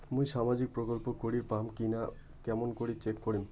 মুই সামাজিক প্রকল্প করির পাম কিনা কেমন করি চেক করিম?